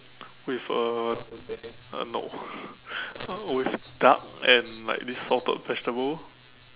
with a uh no uh with duck and like this salted vegetable